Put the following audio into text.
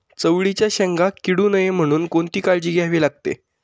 चवळीच्या शेंगा किडू नये म्हणून कोणती काळजी घ्यावी लागते?